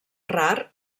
rar